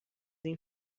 این